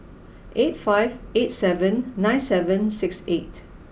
eight five eight seven nine seven six eight